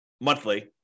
monthly